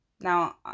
Now